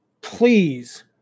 please